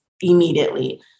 immediately